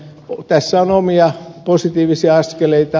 tässä on positiivisia askeleita